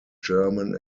german